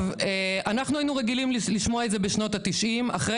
אנחנו היינו רגילים לשמוע את זה בשנות ה-90' אחרי